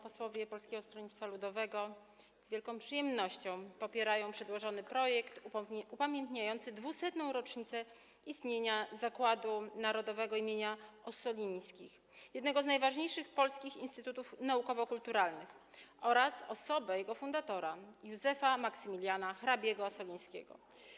Posłowie Polskiego Stronnictwa Ludowego z wielką przyjemnością popierają przedłożony projekt upamiętniający 200. rocznicę istnienia Zakładu Narodowego im. Ossolińskich, jednego z najważniejszych polskich instytutów naukowo-kulturalnych, oraz osobę jego fundatora, Józefa Maksymiliana hrabiego Ossolińskiego.